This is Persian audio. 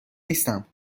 نیستم